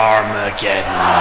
Armageddon